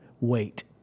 wait